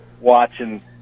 watching